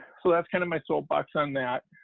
so, that's kind of my soap box on that,